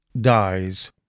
dies